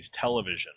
television